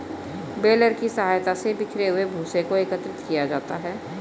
baler की सहायता से बिखरे हुए भूसे को एकत्रित किया जाता है